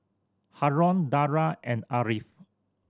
Haron Dara and Ariff